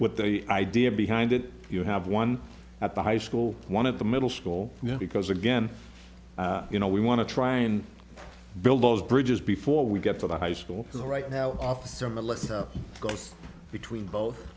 what they idea behind it you have one at the high school one of the middle school because again you know we want to try and build those bridges before we get to the high school so right now officer melissa goes between both